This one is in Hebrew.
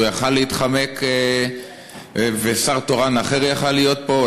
הוא יכול היה להתחמק ושר תורן אחר היה יכול להיות פה,